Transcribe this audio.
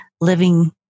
living